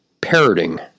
parroting